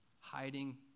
hiding